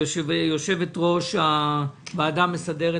יושבת-ראש הוועדה המסדרת.